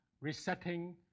resetting